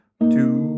two